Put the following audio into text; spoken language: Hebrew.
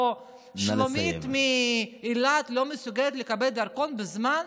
שלומית מאילת לא מסוגלות לקבל דרכון בזמן,